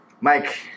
Mike